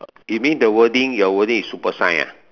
you mean the wording your wording is super shine ah